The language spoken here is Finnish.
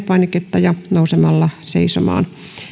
painiketta ja nousemaan seisomaan